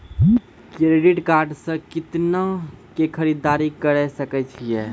Credit card से कितना के खरीददारी करे सकय छियै?